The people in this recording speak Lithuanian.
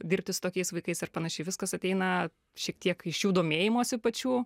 dirbti su tokiais vaikais ar panašiai viskas ateina šiek tiek iš jų domėjimosi pačių